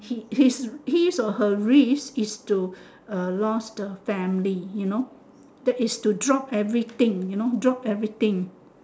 he is his is her risk is to lost the family you know that is to drop everything you know you know drop everything